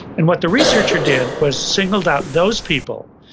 and what the researcher did was singled out those people,